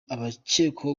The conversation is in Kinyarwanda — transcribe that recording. abakekwaho